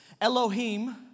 Elohim